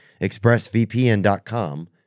expressvpn.com